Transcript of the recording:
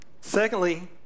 secondly